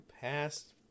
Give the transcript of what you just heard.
past